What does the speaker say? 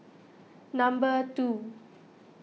number two